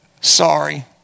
sorry